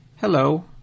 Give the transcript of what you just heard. Hello